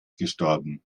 gestorben